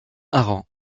aron